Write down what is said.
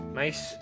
nice